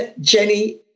jenny